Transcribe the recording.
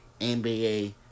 NBA